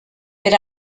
per